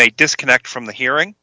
may disconnect from the hearing